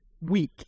weak